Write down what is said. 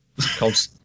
called